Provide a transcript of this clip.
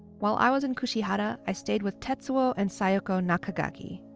while i was in kushihara, i stayed with tetsuo and sayoko nakagaki,